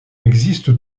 existe